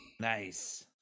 Nice